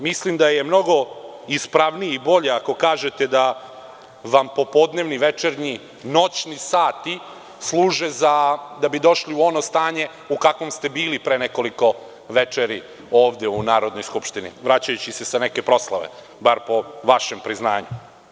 Mislim, da je mnogo ispravnije i bolje ako kažete da popodnevni, večernji, noćni sati, služe da bi došli u ono stanje u kakvom ste bili pre nekoliko večeri ovde u Narodnoj skupštini, vraćajući se sa neke proslave, bar po vašem priznanju.